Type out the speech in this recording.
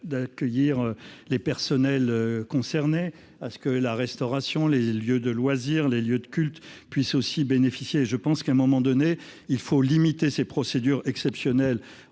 d'accueillir les personnels concernés, à ce que la restauration, les lieux de loisirs, les lieux de culte puissent aussi bénéficier je pense qu'à un moment donné il faut limiter ces procédures exceptionnelles